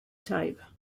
type